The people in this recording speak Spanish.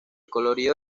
colorido